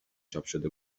چاپشده